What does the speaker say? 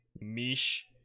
Mish